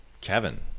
kevin